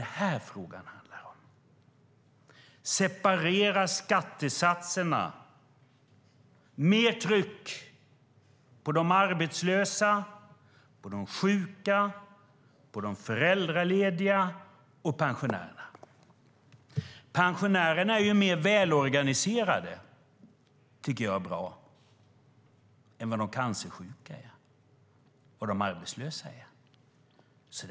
Det handlar om att separera skattesatserna och skapa mer tryck på de arbetslösa, de sjuka, de föräldralediga och pensionärerna. Pensionärerna är mer välorganiserade än vad de cancersjuka och de arbetslösa är. Det tycker jag är bra.